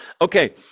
Okay